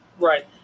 Right